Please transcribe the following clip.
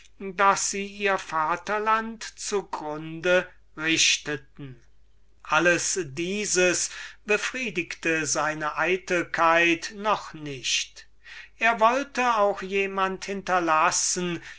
daß sie ihr vaterland zu grunde richteten allein dieses befriedigte seine eitelkeit noch nicht er wollte auch jemand hinterlassen